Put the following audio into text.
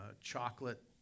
chocolate